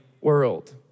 world